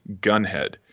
Gunhead